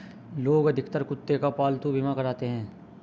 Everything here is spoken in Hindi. लोग अधिकतर कुत्ते का पालतू बीमा कराते हैं